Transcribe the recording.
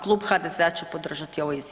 Klub HDZ-a će podržati ovo